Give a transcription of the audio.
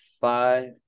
five